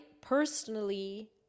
personally